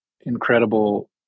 incredible